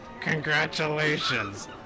Congratulations